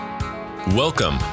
Welcome